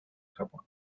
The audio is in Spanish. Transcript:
japón